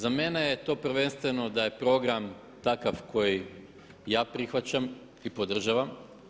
Za mene je to prvenstveno da je program takav kojeg ja prihvaćam i podržavam.